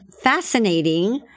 fascinating